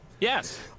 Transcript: Yes